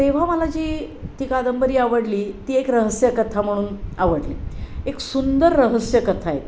तेव्हा मला जी ती कादंबरी आवडली ती एक रहस्यकथा म्हणून आवडली एक सुंदर रहस्यकथा आहे ती